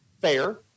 Fair